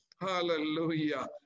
Hallelujah